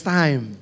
time